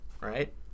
right